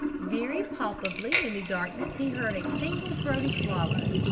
very palpably in the darkness he heard a single throaty swallow.